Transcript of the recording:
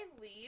leave